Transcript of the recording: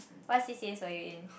what she said so you in